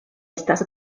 estas